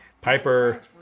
Piper